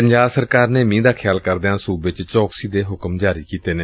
ਪੰਜਾਬ ਸਰਕਾਰ ਨੇ ਮੀਂਹ ਦਾ ਖਿਆਲ ਕਰਦਿਆਂ ਸੁਬੇ ਚ ਚੌਕਸੀ ਦੇ ਹਕਮ ਜਾਰੀ ਕੀਤੇ ਨੇ